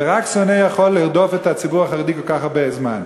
ורק שונא יכול לרדוף את הציבור החרדי כל כך הרבה זמן.